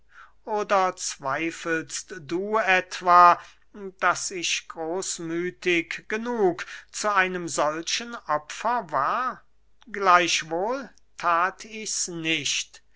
oder zweifelst du etwa daß ich großmüthig genug zu einem solchen opfer war gleichwohl that ichs nicht